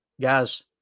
Guys